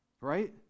Right